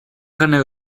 dhuine